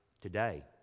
today